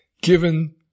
Given